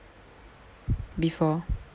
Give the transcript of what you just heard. before